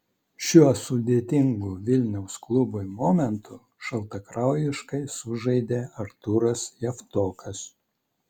šiuo sudėtingu vilniaus klubui momentu šaltakraujiškai sužaidė artūras javtokas